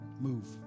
Move